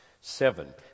Seven